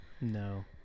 no